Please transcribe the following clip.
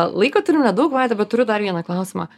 laiko turim nedaug vaida bet turiu dar vieną klausimą